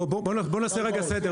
בואו נעשה רגע סדר.